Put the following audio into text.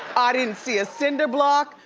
ah didn't see a cinder block.